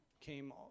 came